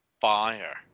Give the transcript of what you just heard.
fire